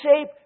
shape